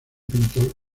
pintor